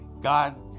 God